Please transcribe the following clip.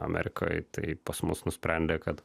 amerikoj taip pas mus nusprendė kad